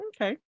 okay